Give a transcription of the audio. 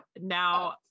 now